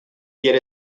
get